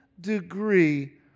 degree